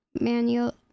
manual